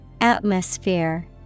Atmosphere